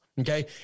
Okay